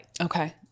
Okay